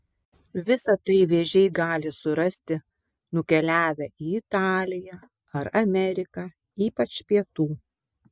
visa tai vėžiai gali surasti nukeliavę į italiją ar ameriką ypač pietų